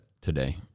today